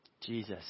Jesus